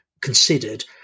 considered